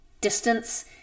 distance